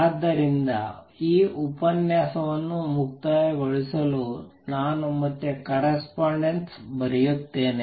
ಆದ್ದರಿಂದ ಈ ಉಪನ್ಯಾಸವನ್ನು ಮುಕ್ತಾಯಗೊಳಿಸಲು ನಾನು ಮತ್ತೆ ಕರೆಸ್ಪಾಂಡೆನ್ಸ್ ಬರೆಯುತ್ತೇನೆ